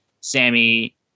Sammy